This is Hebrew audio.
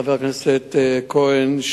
חבר הכנסת כהן,